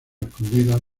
escondidas